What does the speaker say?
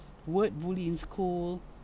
word bully in school